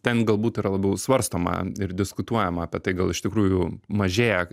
ten galbūt yra labiau svarstoma ir diskutuojama apie tai gal iš tikrųjų mažėja